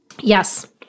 Yes